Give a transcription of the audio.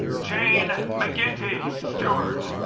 jane mcginty stewart